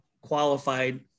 qualified